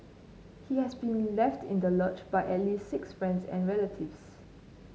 he has been left in the lurch by at least six friends and relatives